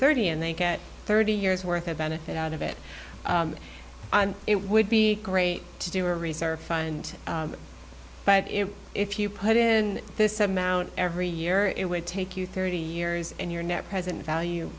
thirty and they get thirty years worth of benefit out of it it would be great to do a reserve fund but if you put in this amount every year it would take you thirty years and your net present value